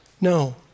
No